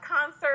concert